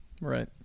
Right